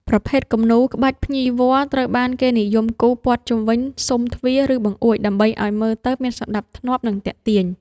ប្រភេទគំនូរ ក្បាច់ភ្ញីវល្លិ ត្រូវបានគេនិយមគូរព័ទ្ធជុំវិញស៊ុមទ្វារ ឬបង្អួច ដើម្បីឱ្យមើលទៅមានសណ្ដាប់ធ្នាប់ និងទាក់ទាញ។